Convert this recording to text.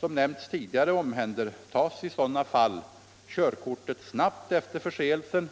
Som nämnts tidigare omhändertas i sådana fall körkortet snabbt efter förseelsen,